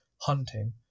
hunting